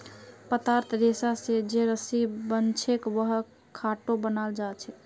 पत्तार रेशा स जे रस्सी बनछेक वहा स खाटो बनाल जाछेक